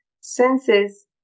senses